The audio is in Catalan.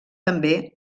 també